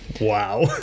Wow